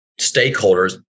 stakeholders